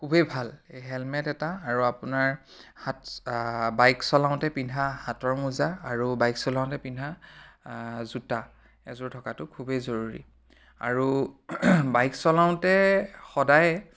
খুবেই ভাল এই হেলমেট এটা আৰু আপোনাৰ হাত বাইক চলাওঁতে পিন্ধা হাতৰ মোজা আৰু বাইক চলাওঁতে পিন্ধা জোতা এযোৰ থকাটো খুবেই জৰুৰী আৰু বাইক চলাওঁতে সদায়